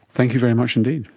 thank you very much indeed.